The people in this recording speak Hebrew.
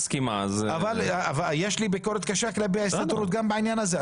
יש לי ביקורת קשה כלפי ההסתדרות גם בעניין הזה.